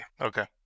okay